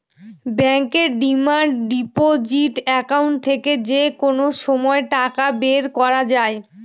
ব্যাঙ্কের demand deposit account থেকে যে কোনো সময় টাকা বের করা যায়